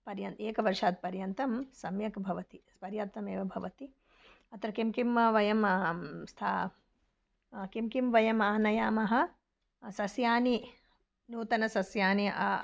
पर्यन्तं एकवर्षात् पर्यन्तं सम्यक् भवति पर्याप्तमेव भवति अत्र किं किं वयं स्था किं किं वयम् आनयामः सस्यानि नूतनसस्यानि आं